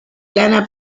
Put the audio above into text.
lana